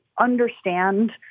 understand